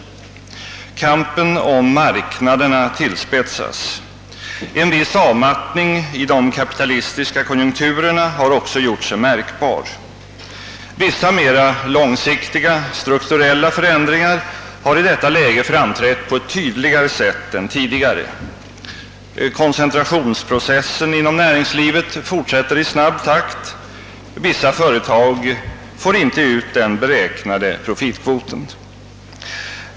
Kampen om marknaderna tillspetsas. En viss avmattning i de kapitalistiska konjunkturerna har också gjort sig märkbar. Vissa mera långsiktiga, strukturella förändringar har i detta läge framträtt på ett tydligare sätt än tidigare. Koncentrationsprocessen inom näringslivet fortsätter i snabb takt. Vissa företag får inte ut den beräknade profitkvoten.